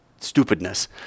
stupidness